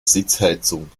sitzheizung